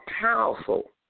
powerful